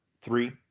three